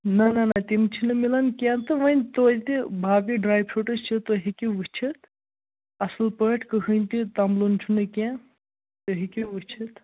نا نا نا تِم چھِنہٕ میلَن کیٚنٛہہ تہٕ وۅنۍ توتہِ باقٕے ڈرٛے فرٛوٗٹٕز چھِ تُہۍ ہیٚکِو وُچھِتھ اَصٕل پٲٹھۍ کٕہٕنۍ تہِ تَمبلُن چھُنہٕ کیٚنٛہہ تُہۍ ہیٚکِو وُچھِتھ